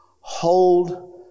Hold